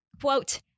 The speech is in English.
quote